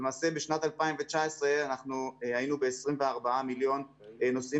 ולעשה בשנת 2019 היינו ב-24 מיליון נוסעים